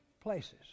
places